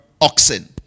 oxen